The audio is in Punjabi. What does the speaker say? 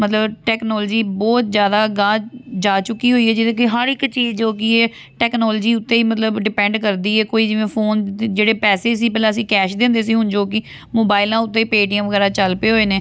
ਮਤਲਬ ਟੈਕਨੋਲੋਜੀ ਬਹੁਤ ਜ਼ਿਆਦਾ ਅਗਾਂਹ ਜਾ ਚੁੱਕੀ ਹੋਈ ਹੈ ਜਿਹਦੇ ਕਿ ਹਰ ਇੱਕ ਚੀਜ਼ ਜੋ ਕਿ ਹੈ ਟੈਕਨੋਲੋਜੀ ਉੱਤੇ ਹੀ ਮਤਲਬ ਡਿਪੈਂਡ ਕਰਦੀ ਹੈ ਕੋਈ ਜਿਵੇਂ ਫੋਨ ਜਿਹੜੇ ਪੈਸੇ ਸੀ ਪਹਿਲਾਂ ਅਸੀਂ ਕੈਸ਼ ਦਿੰਦੇ ਸੀ ਹੁਣ ਜੋ ਕਿ ਮੋਬਾਈਲਾਂ ਉੱਤੇ ਪੇਟੀਐੱਮ ਵਗੈਰਾ ਚੱਲ ਪਏ ਹੋਏ ਨੇ